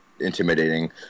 intimidating